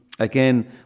Again